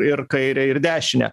ir kairę ir dešinę